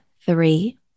three